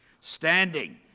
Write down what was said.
Standing